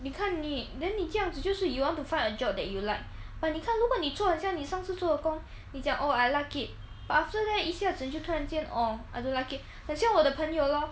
你看你 then 你这样子就是 you want to find a job that you like but 你看如果你做得这样你上次做的工你讲 oh I like it but after that 一下子就 oh I don't like it 很像我的朋友 lor